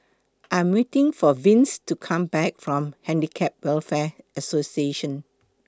I Am waiting For Vince to Come Back from Handicap Welfare Association